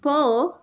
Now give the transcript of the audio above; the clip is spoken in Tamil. போ